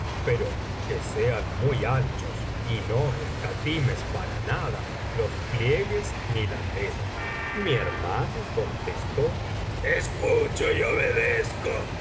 pero que sean muy anchos y no escatimes para nada los pliegues ni la tela mi hermano contestó escucho y obedezco